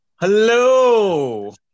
Hello